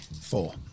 Four